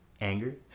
anger